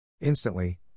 Instantly